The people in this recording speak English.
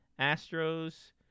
Astros